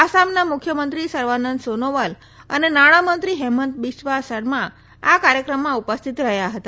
આસામના મુખ્ય મંત્રી સર્વાનંદ સોનોવાલ અને નાણાં મંત્રી હેમંત બિસ્વા શર્મા આ કાર્યક્રમમાં ઉપસ્થિત રહયા હતા